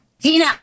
Tina